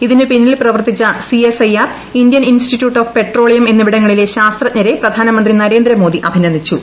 ഇതിനു പിന്നിൽ പ്രവർത്തിച്ച C S I R Indian Institute of Petroleum എന്നിവിടങ്ങളിലെ ശാസ്ത്രജ്ഞരെ പ്രധാനമന്ത്രി നരേന്ദ്രമോദി അഭിനന്ദിച്ചു